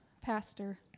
Pastor